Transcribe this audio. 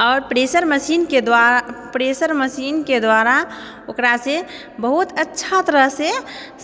आओर प्रेसर मशीनके द्वारा ओकरासँ बहुत अच्छा तरहसँ